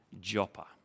Joppa